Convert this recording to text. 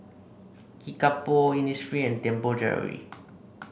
Kickapoo Innisfree and Tianpo Jewellery